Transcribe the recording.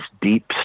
deep